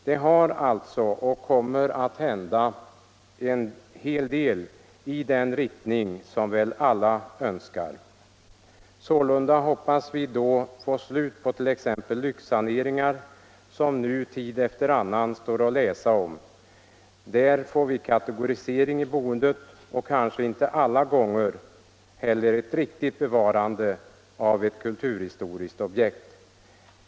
Det har alltså hänt och kommer att hända en hel del i den riktning som väl alla önskar. Sålunda hoppas vi få slut på t.ex. lyxsaneringar, som det tid efter annan står att läsa om. Där blir det kategorisering i boendet och kanske inte alla gånger ett riktigt bevarande av ett kulturhistoriskt objekt.